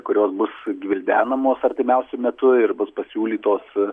kurios bus gvildenamos artimiausiu metu ir bus pasiūlytos